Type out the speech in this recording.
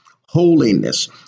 Holiness